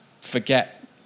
forget